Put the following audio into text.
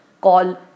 call